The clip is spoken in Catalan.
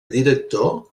director